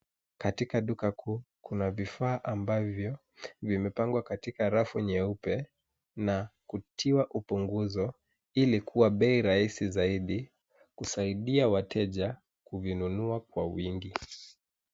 Katika duka kuu kuna vifaa ambavyo vimepangwa katika rafu nyeupe na kutiwa upunguzo ili kuwa bei rahisi zaidi kusaidia wateja kuvinunua kwa wingi.